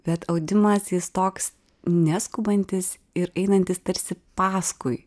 bet audimas jis toks neskubantis ir einantis tarsi paskui